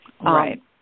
Right